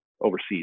overseas